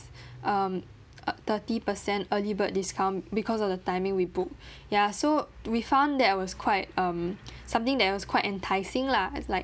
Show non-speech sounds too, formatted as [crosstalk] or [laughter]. [breath] um a thirty percent early bird discount because of the timing we booked [breath] ya so we found that was quite um [breath] something that was quite enticing lah it's like